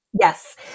Yes